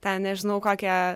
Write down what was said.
ten nežinau kokią